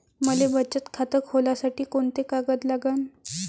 मले बचत खातं खोलासाठी कोंते कागद लागन?